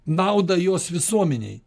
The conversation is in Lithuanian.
naudą jos visuomenei